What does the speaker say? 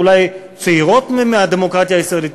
אולי צעירות מהדמוקרטיה הישראלית,